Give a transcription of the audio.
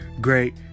great